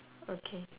okay